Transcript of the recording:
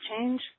change